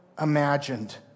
imagined